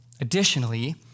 Additionally